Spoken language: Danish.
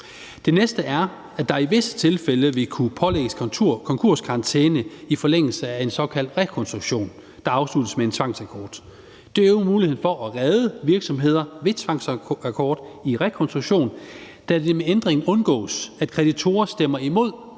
Det næste er, at der i visse tilfælde vil kunne pålægges konkurskarantæne i forlængelse af en såkaldt rekonstruktion, der afsluttes med en tvangsakkord. Det øger muligheden for at redde virksomheder ved tvangsakkord i rekonstruktion, da det med ændringen undgås, at kreditorer stemmer imod